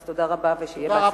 אז תודה רבה, ושיהיה בהצלחה.